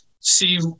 see